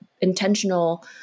intentional